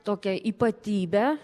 tokią ypatybę